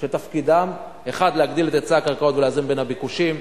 שתפקידם להגדיל את היצע הקרקעות ולאזן בין הביקושים,